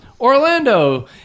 Orlando